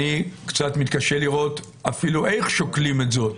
אני קצת מתקשה לראות אפילו איך שוקלים את זה,